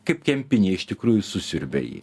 kaip kempinė iš tikrųjų susiurbia jį